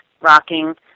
rocking